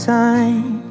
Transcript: time